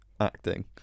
acting